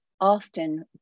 often